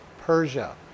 Persia